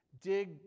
Dig